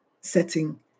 setting